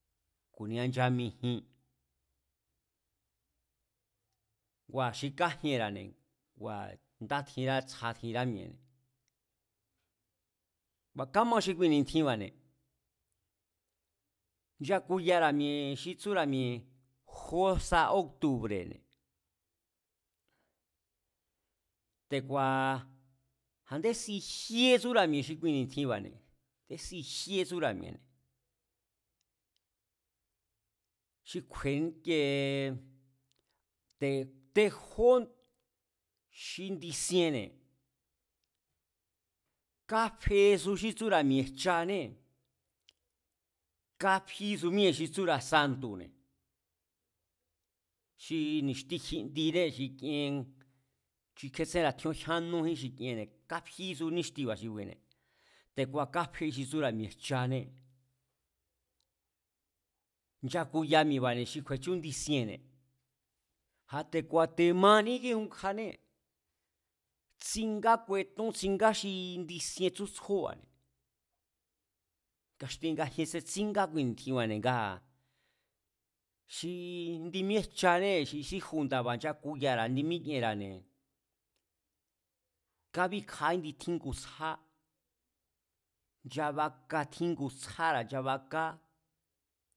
Ku̱nia nchamijin, ngua̱ xi kájienra̱ne̱ kua̱ ndátjinrá tsja tjínrá mi̱e̱ne̱, ku̱a̱káma xi kui ni̱tjinba̱ne̱, nchakuyara̱ mi̱e̱ xi tsúra̱ mi̱e̱ jó sa óctubre̱ne̱, te̱ku̱a̱ a̱ndén si jíetsúra̱ mi̱e̱ xi kui ni̱tjinba̱ne̱, a̱ndé si jíé tsúra̱ mi̱e̱ne̱ xi kju̱e̱e íkiee, te̱ tejó xi nchisienne̱ káfesu xí tsúra̱ mi̱e̱jchanée̱, kafísu míée̱ xi tsúra̱ mi̱e̱ santu̱ne̱, xi ni̱xti kjindinee̱ xi kien xi kjétsénra̱ tyón jyán nújí xi kienne̱, káfísu níxtiba̱ xi kuine̱ te̱ku̱a̱ káfe xi tsúra̱ mi̱e̱jchanée̱, nchakuya mi̱e̱ba̱ne̱ xi kju̱e̱chú nchisienne̱, a̱ te̱kua̱ te̱maaní kíukjanée̱, tsingá kuetón tsingá xi nchisien tsjú tsjúba̱ne̱, ngaxtien ngajien setsíngá kui ni̱tjinba̱ne̱ ngaa̱ xi indi míejchanée̱ xi síju nda̱ba̱ nchakuyara̱ ndi míkienra̱ne̱, kábíkja índi tjíngu tsjá, nchbaka tjíngu tsjára̱ nchabaká